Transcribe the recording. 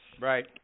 Right